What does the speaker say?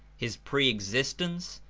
his pre existence,